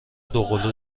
دوقلو